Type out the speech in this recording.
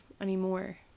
Anymore